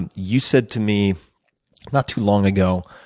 and you said to me not too long ago